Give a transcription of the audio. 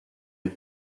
les